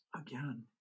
Again